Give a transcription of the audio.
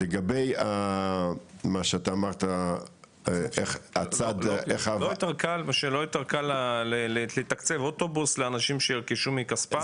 לגבי מה שאתה אמרת --- לא יותר קל לתקצב אוטובוס לאנשים שירכשו מכספם?